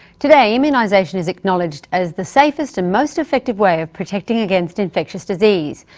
today, immunisation is acknowledged as the safest and most effective way of protecting against infectious disease.